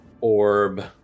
orb